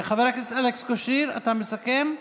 חבר הכנסת אלכס קושניר, אתה מסכם?